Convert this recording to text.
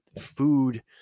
food